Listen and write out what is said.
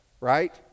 right